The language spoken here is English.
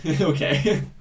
Okay